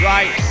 Right